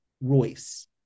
Royce